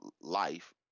life